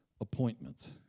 appointments